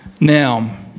Now